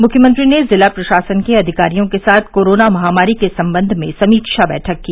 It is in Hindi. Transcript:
मुख्यमंत्री ने जिला प्रशासन के अधिकारियों के साथ कोरोना महामारी के सम्बंध में समीक्षा बैठक की